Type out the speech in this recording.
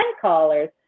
callers